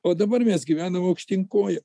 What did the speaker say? o dabar mes gyvenam aukštyn kojom